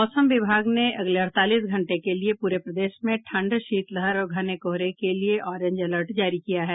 मौसम विभाग ने अगले अड़तालीस घंटे के लिए पूरे प्रदेश में ठंड शीतलहर और घने कोहरे के लिए ऑरेंज अलर्ट जारी किया है